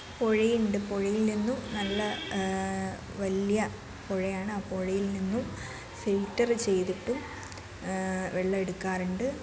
പുഴയുണ്ട് പുഴയിൽ നിന്നു നല്ല വലിയ പുഴയാണ് ആ പുഴയിൽ നിന്നും ഫിൽറ്റർ ചെയ്തിട്ടും വെള്ളം എടുക്കാറുണ്ട്